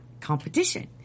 Competition